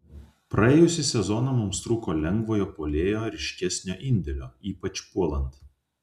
praėjusį sezoną mums trūko lengvojo puolėjo ryškesnio indėlio ypač puolant